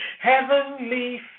Heavenly